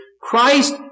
Christ